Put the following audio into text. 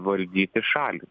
valdyti šalį